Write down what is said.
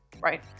right